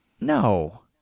no